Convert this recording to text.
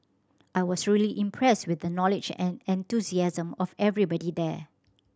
I was really impressed with the knowledge and enthusiasm of everybody there